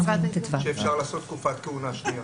אפשר לעשות תקופת כהונה שנייה.